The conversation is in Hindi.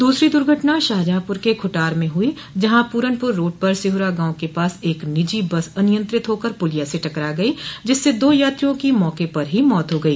दूसरी दुर्घटना शाहजहांपुर के खुटार में हुई जहां पूरनपुर रोड पर सिहुरा गांव के पास एक निजी बस अनियंत्रित होकर पुलिया से टकरा गई जिससे दा यात्रियों की मौके पर ही मौत हो गई